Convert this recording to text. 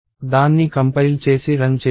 దాన్ని కంపైల్ చేసి రన్ చేద్దాం